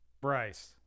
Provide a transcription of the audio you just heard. Bryce